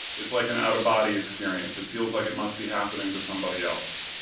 it's like an out-of-body experience, it feels like it must be happening to somebody else.